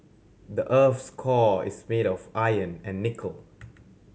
the earth's core is made of iron and nickel